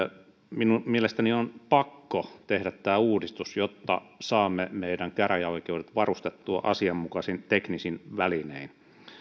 minun mielestäni on pakko tehdä tämä uudistus jotta saamme meidän käräjäoikeudet varustettua asianmukaisin teknisin välinein